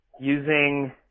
using